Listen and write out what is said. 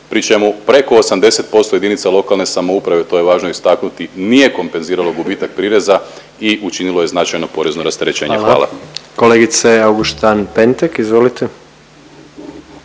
pri čemu preko 80% jedinica lokalne samouprave to je važno istaknuti nije kompenziralo gubitak prireza i učinilo je značajno porezno rasterećenje. Hvala. **Jandroković,